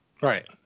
right